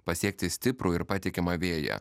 pasiekti stiprų ir patikimą vėją